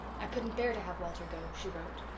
i couldn't bear to have walter go, she wrote.